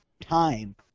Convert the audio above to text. time